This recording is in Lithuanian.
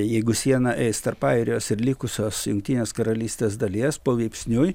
jeigu siena eis tarp airijos ir likusios jungtinės karalystės dalies palaipsniui